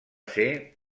ser